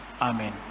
Amen